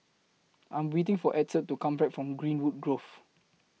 I'm waiting For Edson to Come Back from Greenwood Grove